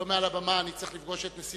שלא מעל לבמה אני צריך לפגוש את נשיא